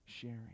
sharing